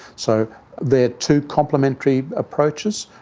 so they are two complementary approaches.